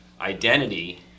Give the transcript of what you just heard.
identity